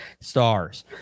stars